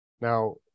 Now